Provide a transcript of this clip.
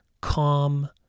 calm